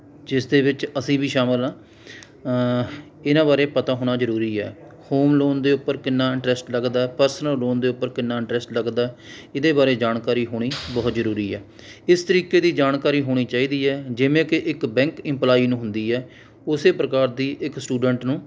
ਜਿਸ ਦੇ ਵਿੱਚ ਅਸੀਂ ਵੀ ਸ਼ਾਮਲ ਹਾਂ ਇਨ੍ਹਾਂ ਬਾਰੇ ਪਤਾ ਹੋਣਾ ਜ਼ਰੂਰੀ ਹੈ ਹੋਮ ਲੋਨ ਦੇ ਉੱਪਰ ਕਿੰਨਾ ਇੰਟਰਸਟ ਲੱਗਦਾ ਪਰਸਨਲ ਲੋਨ ਦੇ ਉੱਪਰ ਕਿੰਨਾ ਇੰਟਰਸਟ ਲੱਗਦਾ ਇਹਦੇ ਬਾਰੇ ਜਾਣਕਾਰੀ ਹੋਣੀ ਬਹੁਤ ਜ਼ਰੂਰੀ ਹੈ ਇਸ ਤਰੀਕੇ ਦੀ ਜਾਣਕਾਰੀ ਹੋਣੀ ਚਾਹੀਦੀ ਹੈ ਜਿਵੇਂ ਕਿ ਇੱਕ ਬੈਂਕ ਇਮਪਲਾਈ ਨੂੰ ਹੁੰਦੀ ਹੈ ਉਸੇ ਪ੍ਰਕਾਰ ਦੀ ਇੱਕ ਸਟੂਡੈਂਟ ਨੂੰ